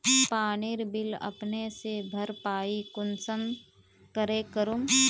पानीर बिल अपने से भरपाई कुंसम करे करूम?